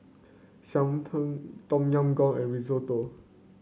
Tom Yam Goong and Risotto